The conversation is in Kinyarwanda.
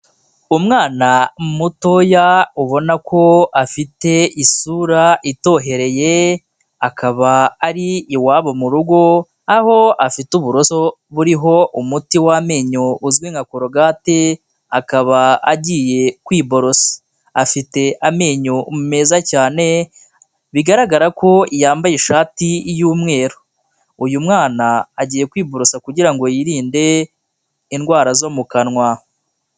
Umwana mutoya ubona ko afite isura itohereye, akaba ari iwabo mu rugo, aho afite uburoso buriho umuti w'amenyo uzwi nka colgate, akaba agiye kwiborosa, afite amenyo meza cyane, bigaragara ko yambaye ishati y'umweru. Uyu mwana agiye kwiborosa kugira ngo yirinde indwara zo mu kanwa.